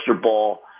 Ball